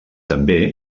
també